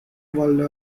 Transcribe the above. والا